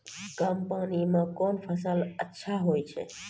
कम पानी म कोन फसल अच्छाहोय छै?